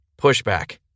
pushback